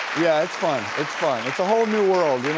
yeah, it's fun, it's fun. it's a whole new world,